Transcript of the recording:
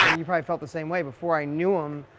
um you probably felt the same way. before i knew him,